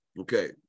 Okay